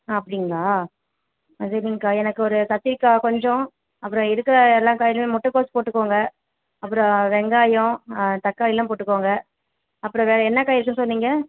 ஆ அப்படிங்களா எனக்கு ஒரு கத்திரிக்காய் கொஞ்சம் அப்புறம் இருக்கிற எல்லா காயிலேயும் முட்டைகோஸ் போட்டுக்கங்க அப்புறம் வெங்காயம் தக்காளியெல்லாம் போட்டுக்கங்க அப்புறம் வேறு என்ன காய் இருக்குதுனு சொன்னிங்க